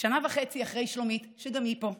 ושנה וחצי אחרי שלומית, שגם היא פה,